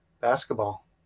basketball